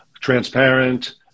transparent